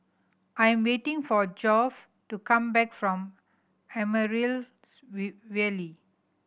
I'm waiting for Geoff to come back from Amaryllis Ville